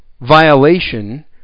violation